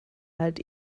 halt